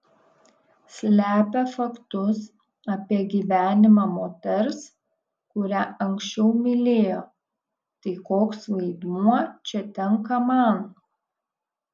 slepia faktus apie gyvenimą moters kurią anksčiau mylėjo tai koks vaidmuo čia tenka man